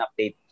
update